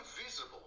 invisible